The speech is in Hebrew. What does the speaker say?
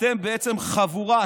אתם בעצם חבורה,